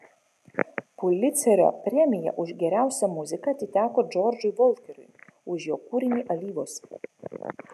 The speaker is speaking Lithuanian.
pulicerio premija už geriausią muziką atiteko džordžui volkeriui už jo kūrinį alyvos